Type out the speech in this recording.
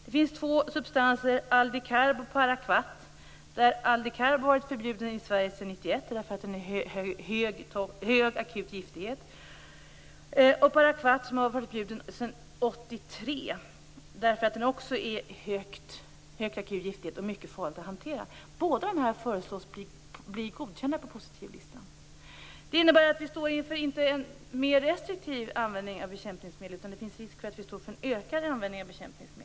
Det finns två substanser, aldecarb och parakvat. Aldecarb har varit förbjuden i Sverige sedan 1991 därför att den har hög akut giftighet. Parakvat har varit förbjuden sedan 1983 därför att den också har hög akut giftighet och är mycket farlig att hantera. Både dessa föreslås bli godkända på positivlistan. Det innebär att vi inte står inför en mer restriktiv användning av bekämpningsmedel, utan det finns risk för att vi står inför en ökad användning av bekämpningsmedel.